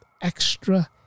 extra